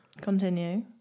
Continue